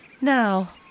Now